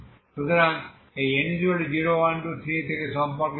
সুতরাং এই n0123 এর সাথে সম্পর্কিত